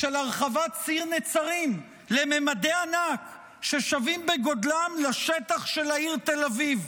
של הרחבת ציר נצרים לממדי ענק ששווים בגודלם לשטח של העיר תל אביב?